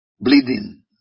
Bleeding